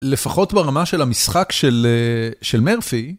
לפחות ברמה של המשחק של, של מרפי.